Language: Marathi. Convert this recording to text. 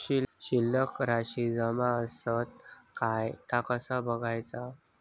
शिल्लक राशी जमा आसत काय ता कसा बगायचा?